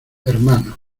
hermanos